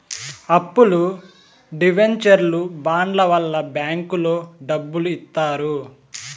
అప్పులు డివెంచర్లు బాండ్ల వల్ల బ్యాంకులో డబ్బులు ఇత్తారు